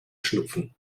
schnupfen